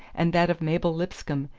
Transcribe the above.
and that of mabel lipscomb,